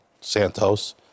Santos